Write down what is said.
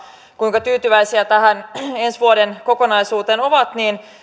kuinka tyytyväisiä tähän ensi vuoden kokonaisuuteen ovat niin